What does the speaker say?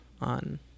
on